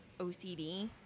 OCD